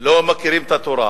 לא מכירים את התורה,